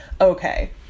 Okay